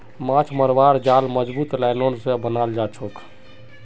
माछ मरवार जाल मजबूत नायलॉन स बनाल जाछेक